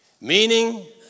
meaning